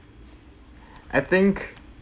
I think